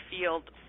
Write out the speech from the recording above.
field